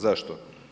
Zašto?